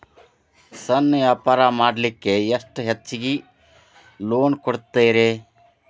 ಸಣ್ಣ ವ್ಯಾಪಾರ ಮಾಡ್ಲಿಕ್ಕೆ ಎಷ್ಟು ಹೆಚ್ಚಿಗಿ ಲೋನ್ ಕೊಡುತ್ತೇರಿ?